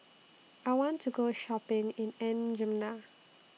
I want to Go Shopping in N'Djamena